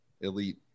elite